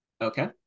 Okay